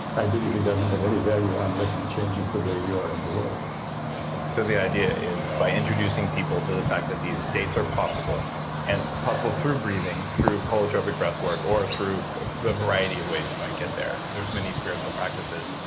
i believe it doesn't have any value unless it changes the way you are in the world so the idea is by introducing people to the fact that these states are possible and possible through breathing, through holotropic breathwork, or through a variety of ways you might get there, there's many spiritual practices.